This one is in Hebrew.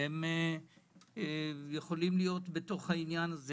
והם יכולים להיות בתוך העניין הזה.